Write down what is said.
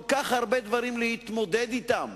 כל כך הרבה דברים להתמודד אתם,